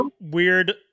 weird